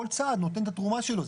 כל צעד נותן את התרומה שלו.